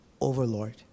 overlord